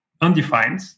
undefined